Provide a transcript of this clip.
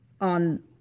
on